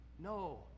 No